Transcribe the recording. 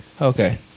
Okay